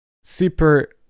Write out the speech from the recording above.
super